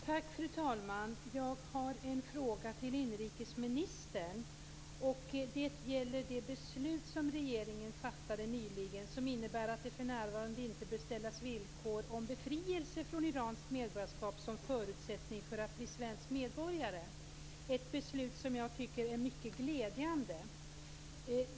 Fru talman! Jag har en fråga till inrikesministern. Det gäller det beslut som regeringen nyligen fattade om att det för närvarande inte bör ställas villkor om befrielse från iranskt medborgarskap som förutsättning för att bli svensk medborgare - ett beslut som jag tycker är mycket glädjande.